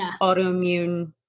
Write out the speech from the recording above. autoimmune